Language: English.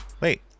Wait